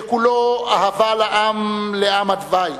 שכולו אהבה לעם הדווי,